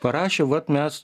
parašė vat mes